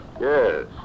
Yes